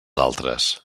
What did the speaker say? altres